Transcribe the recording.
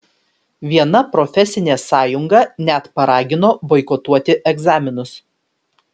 viena profesinė sąjunga net paragino boikotuoti egzaminus